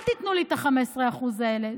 אל תיתנו לי את ה-15% האלה.